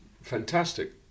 fantastic